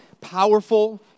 powerful